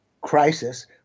crisis